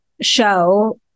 show